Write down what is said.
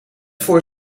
voor